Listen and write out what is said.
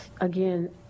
again